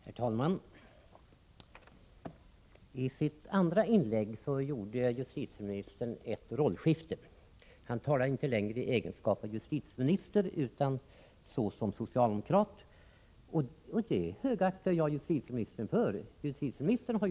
Herr talman! I sitt andra inlägg gjorde justitieministern ett rollskifte. Han talade inte längre i egenskap av justitieminister utan såsom socialdemokrat. Det högaktar jag justitieministern för.